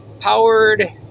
powered